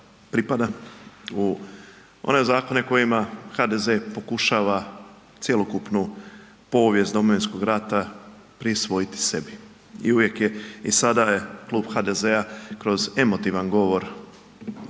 pripada u one zakone kojima HDZ pokušava cjelokupnu povijest Domovinskoga rata prisvojiti sebi. I uvijek je i sada je Klub HDZ-a kroz emotivan govor